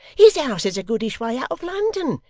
his house is a goodish way out of london,